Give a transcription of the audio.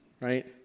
right